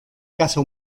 casa